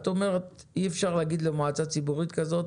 את אומרת, אי אפשר להגיד למועצה ציבורית כזאת